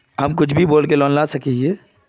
हम कुछ भी बोल के लोन ला सके हिये?